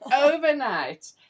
overnight